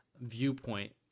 viewpoint